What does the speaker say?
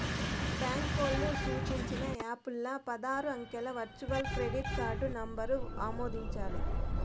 బాంకోల్లు సూచించిన యాపుల్ల పదారు అంకెల వర్చువల్ క్రెడిట్ కార్డు నంబరు ఆమోదించాలి